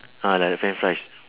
ah like a french fries